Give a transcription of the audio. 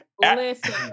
listen